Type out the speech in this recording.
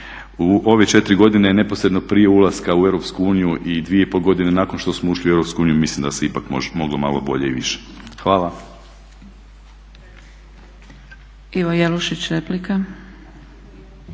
u ove 4 godine neposredno prije ulaska u Europsku uniju i 2,5 godine nakon što smo ušli u Europsku uniju mislim da se ipak moglo malo bolje i više. Hvala. **Zgrebec, Dragica